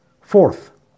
Fourth